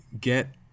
get